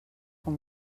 com